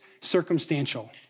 circumstantial